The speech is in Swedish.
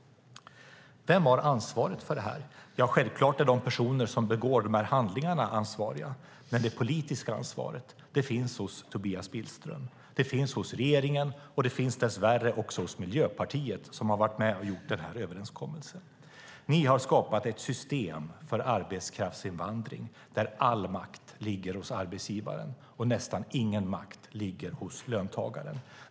Vem har ansvaret för det här? Ja, självklart är de personer som begår de här handlingarna ansvariga. Men det politiska ansvaret finns hos Tobias Billström, det finns hos regeringen och det finns dess värre också hos Miljöpartiet som har varit med och träffat denna överenskommelse. Ni har skapat ett system för arbetskraftsinvandring där all makt ligger hos arbetsgivaren och nästan ingen makt hos löntagaren.